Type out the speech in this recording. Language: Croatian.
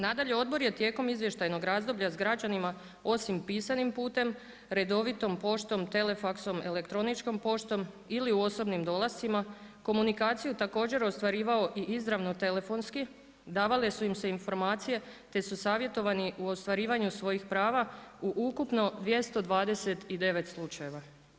Nadalje, odbor je tijekom izvještajnog razdoblja s građanima osim pisanim putem redovitom poštom, telefaksom, elektroničko poštom ili u osobnim dolascima komunikaciju također ostvarivao i izravno telefonski, davale su im se informacije te su savjetovani u ostvarivanju svojih prava u ukupno 229 slučajeva.